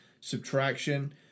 Subtraction